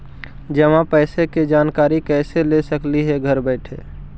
जमा पैसे के जानकारी कैसे ले सकली हे घर बैठे?